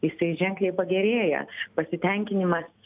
jisai ženkliai pagerėja pasitenkinimas